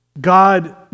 God